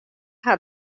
hat